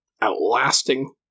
outlasting